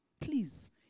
Please